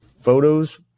photos